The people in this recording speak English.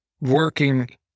working